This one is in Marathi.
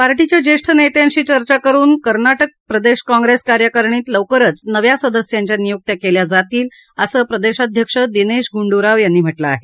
पार्टीच्या ज्येष्ठ नेत्यांशी चर्चा करुन कर्नाटक प्रदेश काँग्रेस कार्यकारिणीत लवकरच नव्या सदस्यांघ्या नियुक्त्या केल्या जातील असं प्रदेशाध्यक्ष दिनेश गुंडू राव यांनी म्हटलं आहे